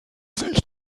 sich